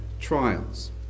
trials